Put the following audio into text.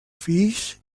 fills